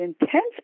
intense